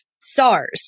SARS